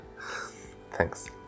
Thanks